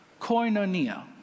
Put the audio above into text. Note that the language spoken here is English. koinonia